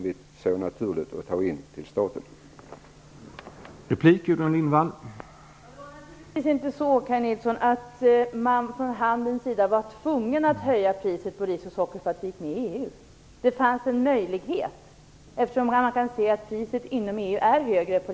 Vi såg det naturligt att ta in den här avgiften till staten.